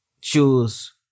choose